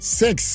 six